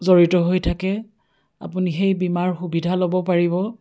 জড়িত হৈ থাকে আপুনি সেই বীমাৰ সুবিধা ল'ব পাৰিব